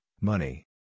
money